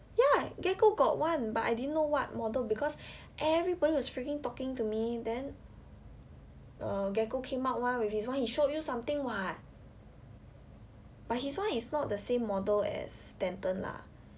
ya gecko got one but I didn't know what model because everybody was freaking talking to me then err gecko came out mah he showed you something what but his [one] is not the same model as stanton lah